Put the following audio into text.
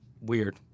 Weird